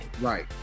Right